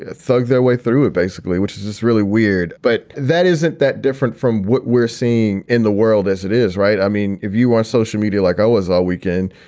ah thug their way through it, basically, which is just really weird. but that isn't that different from what we're seeing in the world as it is, right? i mean, if you are social media like i was all weekend,